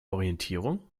orientierung